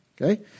okay